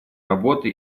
работы